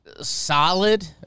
Solid